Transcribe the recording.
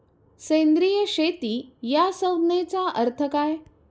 सेंद्रिय शेती या संज्ञेचा अर्थ काय?